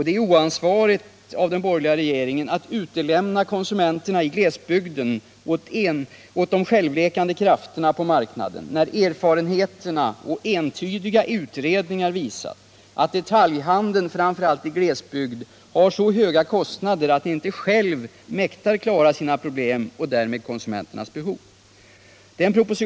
Det är oansvarigt av den borgerliga regeringen att utlämna konsumenterna i glesbygden åt de självläkande krafterna på marknaden, när erfarenheterna och entydiga utredningar visat att detaljhandeln framför allt i glesbygd har så höga kostnader att den inte själv mäktar klara sina problem och konsumenternas behov.